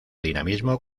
dinamismo